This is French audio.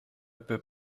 peut